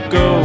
go